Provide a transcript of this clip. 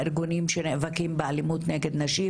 הארגונים שנאבקים באלימות נגד נשים.